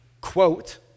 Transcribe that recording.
quote